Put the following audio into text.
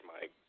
Mike